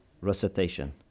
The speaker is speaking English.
recitation